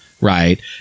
right